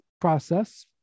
process